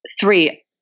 three